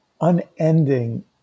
unending